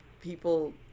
people